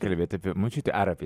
kalbėt apie močiutę ar apie